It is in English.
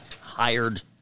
hired